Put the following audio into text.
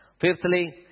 Fifthly